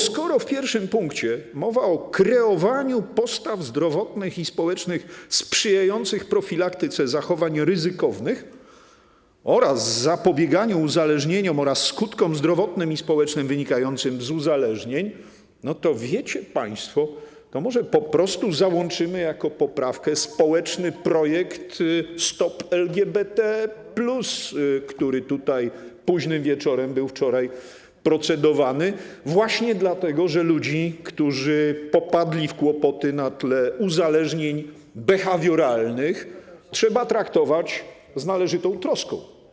Skoro w pierwszym punkcie mowa o kreowaniu postaw zdrowotnych i społecznych sprzyjających profilaktyce zachowań ryzykownych oraz zapobieganiu uzależnieniom oraz skutkom zdrowotnym i społecznym wynikającym z uzależnień, to - wiecie państwo - może po prostu załączymy jako poprawkę społeczny projekt: Stop LGBT plus, który tutaj późnym wieczorem wczoraj był procedowany, właśnie dlatego, że ludzi, którzy popadli w kłopoty na tle uzależnień behawioralnych, trzeba traktować z należytą troską.